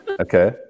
Okay